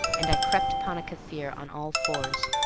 and i crept upon a kaffir on all fours.